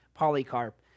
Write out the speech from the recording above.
polycarp